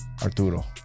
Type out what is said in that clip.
Arturo